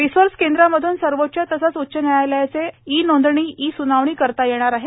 resource केंद्रामधून सर्वोच्च तसेच उच्च न्यायालयाचे ई नोंदणी ई सुनावणी करता येणार आहे